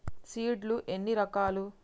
Seed లు ఎన్ని రకాలు?